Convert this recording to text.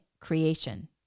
creation